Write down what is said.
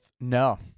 No